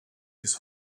his